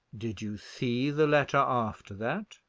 did you see the letter after that?